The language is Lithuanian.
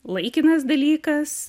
laikinas dalykas